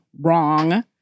wrong